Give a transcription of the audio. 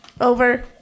Over